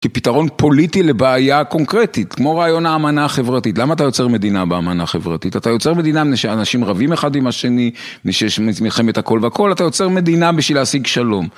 כי פתרון פוליטי לבעיה קונקרטית, כמו רעיון האמנה החברתית. למה אתה יוצר מדינה באמנה החברתית? אתה יוצר מדינה מפני שאנשים רבים אחד עם השני, מפני שיש מלחמת הכל והכל, אתה יוצר מדינה בשביל להשיג שלום.